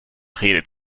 redet